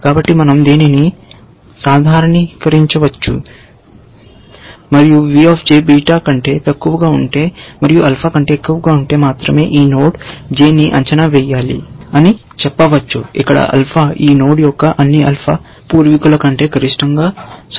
కాబట్టి మనం దీనిని సాధారణీకరించవచ్చు మరియు v బీటా కంటే తక్కువగా ఉంటే మరియు ఆల్ఫా కంటే ఎక్కువగా ఉంటే మాత్రమే ఈ నోడ్ j ని అంచనా వేయాలి అని చెప్పవచ్చు ఇక్కడ ఆల్ఫా ఈ నోడ్ యొక్క అన్ని ఆల్ఫా పూర్వీకుల కంటే గరిష్టంగా సమానం